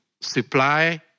supply